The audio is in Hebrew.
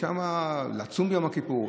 לצום ביום כיפור.